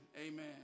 Amen